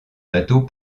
bateaux